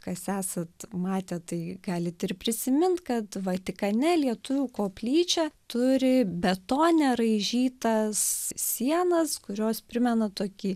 kas esat matę tai galit ir prisimint kad vatikane lietuvių koplyčia turi betone raižytas sienas kurios primena tokį